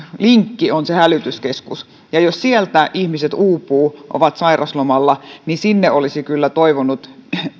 linkki on se hälytyskeskus ja jos siellä ihmiset uupuvat ovat sairauslomalla niin sinne olisi kyllä toivonut